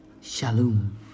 Shalom